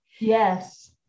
Yes